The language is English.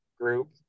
group